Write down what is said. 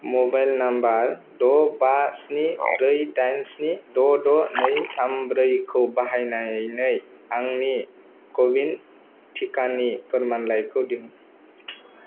mobile number द' बा स्नि ब्रै दाइन स्नि द' द' नै थाम ब्रै खौ बाहायनानै आंनि क' विन टिकानि फोरमानलाइखौ दिहुन